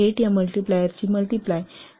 8 या मल्टिप्लायरची मल्टिप्लाय म्हणून हे 61